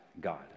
God